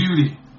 beauty